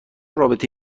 رابطه